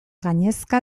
gainezka